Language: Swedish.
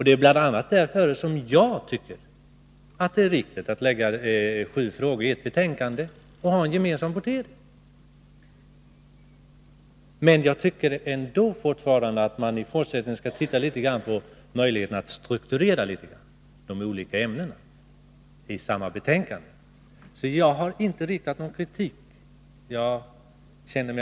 Det är bl.a. därför som jag inte motsätter mig sju motioner i ett enda betänkande och en gemensam votering. Trots detta anser jag att man i fortsättningen skall undersöka möjligheterna att strukturera de olika ämnena i samma betänkande. Jag har alltså inte riktat kritik mot någon.